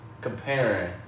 comparing